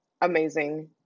Amazing